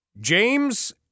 James